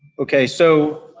okay. so,